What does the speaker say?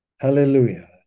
Hallelujah